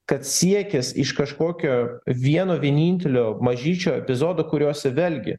kad siekis iš kažkokio vieno vienintelio mažyčio epizodo kuriose vel gi